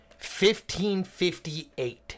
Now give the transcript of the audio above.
1558